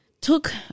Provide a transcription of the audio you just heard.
took